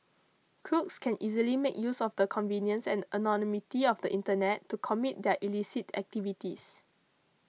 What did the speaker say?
crooks can easily make use of the convenience and anonymity of the internet to commit their illicit activities